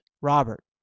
Robert